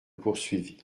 poursuivit